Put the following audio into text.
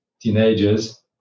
teenagers